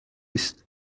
است